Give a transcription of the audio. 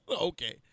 Okay